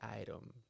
item